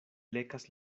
lekas